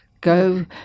go